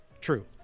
True